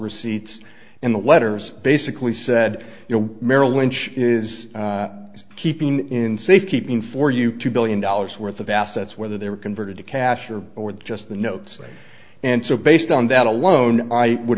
receipts and the letters basically said you know merrill lynch is keeping in safe keeping for you two billion dollars worth of assets whether they were converted to cash or with just the notes and so based on that alone i would